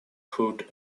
hood